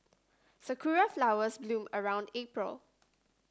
sakura flowers bloom around April